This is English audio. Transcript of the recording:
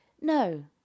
No